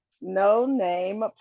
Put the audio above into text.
no-name